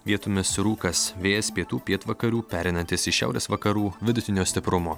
vietomis rūkas vėjas pietų pietvakarių pereinantis į šiaurės vakarų vidutinio stiprumo